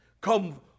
come